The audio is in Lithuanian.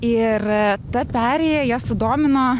ir ta perėja jas sudomino